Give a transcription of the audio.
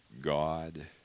God